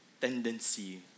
tendency